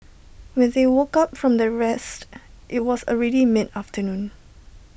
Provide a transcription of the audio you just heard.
when they woke up from their rest IT was already mid afternoon